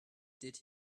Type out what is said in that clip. did